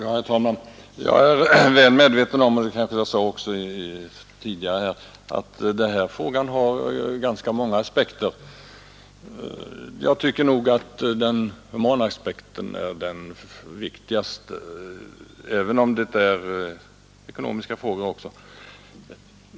Herr talman! Jag är väl medveten om — och det kanske jag, sade tidigare också — att den här frågan har ganska många aspekter. Jag tycker nog att den humana aspekten är den viktigaste även om det gäller ekonomiska frågor också.